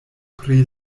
pri